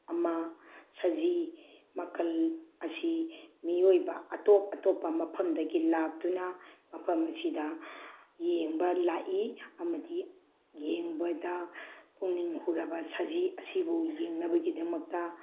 ꯑꯃ ꯁꯖꯤ ꯃꯈꯜ ꯑꯁꯤ ꯃꯤꯑꯣꯏꯕ ꯑꯇꯣꯞ ꯑꯇꯣꯞꯄ ꯃꯐꯝꯗꯒꯤ ꯂꯥꯛꯇꯨꯅ ꯃꯐꯝ ꯑꯁꯤꯗ ꯌꯦꯡꯕ ꯂꯥꯛꯏ ꯑꯃꯗꯤ ꯌꯦꯡꯕꯗ ꯄꯨꯛꯅꯤꯡ ꯍꯨꯔꯕ ꯁꯖꯤ ꯑꯁꯤꯕꯨ ꯌꯦꯡꯅꯕꯒꯤꯗꯃꯛꯇ